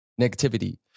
negativity